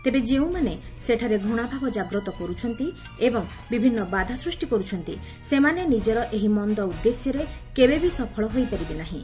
ତେବେ ଯେଉଁମାନେ ସେଠାରେ ଘ୍ଟଣାଭାବ କାଗ୍ରତ କରୁଛନ୍ତି ଏବଂ ବିଭିନ୍ନ ବାଧା ସୃଷ୍ଟି କର୍ରଛନ୍ତି ସେମାନେ ନିଜର ଏହି ମନ୍ଦ ଉଦ୍ଦେଶ୍ୟରେ କେବେବି ସଫଳ ହୋଇପାରିବେ ନାହିଁ